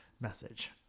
message